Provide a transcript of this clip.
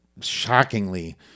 shockingly